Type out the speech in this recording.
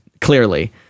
clearly